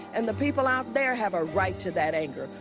and the people out there have a right to that anger.